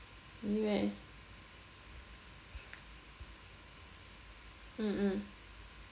really meh mm mm